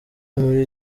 muri